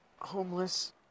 homeless